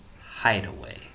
Hideaway